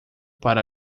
para